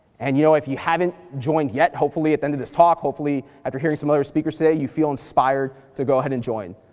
and you know, if you haven't joined yet, hopefully at the end of this talk, hopefully after hearing some other speakers today, you feel inspired to go ahead and join.